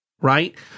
right